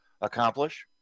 accomplish